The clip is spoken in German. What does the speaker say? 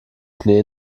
schnee